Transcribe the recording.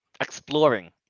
exploring